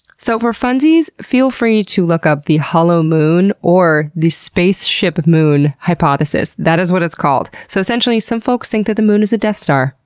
so for funzies, feel free to look up the hollow moon or the spaceship moon hypothesis. that is what it's called. so essentially some folks think that the moon is a death star.